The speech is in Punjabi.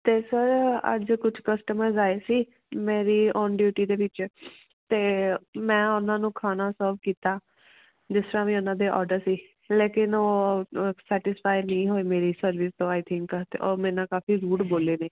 ਅਤੇ ਸਰ ਅੱਜ ਕੁਛ ਕਸਟਮਰ ਆਏ ਸੀ ਮੇਰੀ ਆਨ ਡਿਊਟੀ ਦੇ ਵਿੱਚ ਅਤੇ ਮੈਂ ਉਹਨਾਂ ਨੂੰ ਖਾਣਾ ਸਰਵ ਕੀਤਾ ਜਿਸ ਤਰ੍ਹਾਂ ਵੀ ਉਹਨਾਂ ਦੇ ਔਡਰ ਸੀ ਲੇਕਿਨ ਉਹ ਅ ਸੈਟਿਸਫਾਈ ਨਹੀਂ ਹੋਏ ਮੇਰੀ ਸਰਵਿਸ ਤੋਂ ਆਈ ਥਿੰਕ ਅਤੇ ਉਹ ਮੇਰੇ ਨਾਲ ਕਾਫੀ ਰੂਡ ਬੋਲੇ ਨੇ